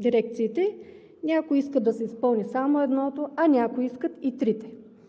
дирекциите искат да се изпълни само едното, а в други искат и трите.